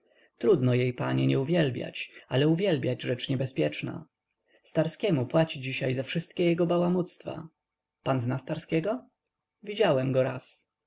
trudno jej panie nie uwielbiać a uwielbiać rzecz niebezpieczna starskiemu płaci dzisiaj za wszystkie jego bałamuctwa pan zna starskiego widziałem go raz